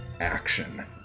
action